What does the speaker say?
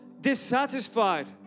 dissatisfied